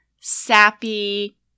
sappy